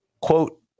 quote